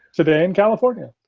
today in california.